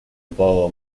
borrow